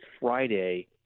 Friday